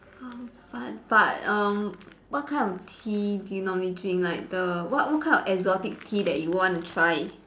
how fun but um what kind of tea do you normally drink like the what what kind of exotic tea that you want to try